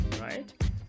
right